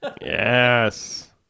Yes